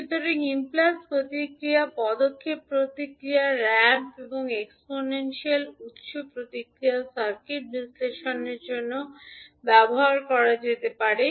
সুতরাং ইমপুলস প্রতিক্রিয়া পদক্ষেপ প্রতিক্রিয়া র্যাম্প এবং এক্সপেনশিয়াল উত্স প্রতিক্রিয়া সার্কিট বিশ্লেষণের জন্য ব্যবহার করা যেতে পারে